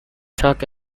talk